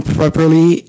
properly